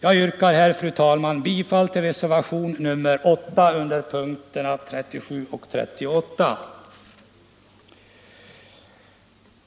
Jag yrkar, fru talman, bifall till reservationen 8 under punkterna 37 och 38.